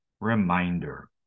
reminder